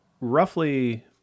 roughly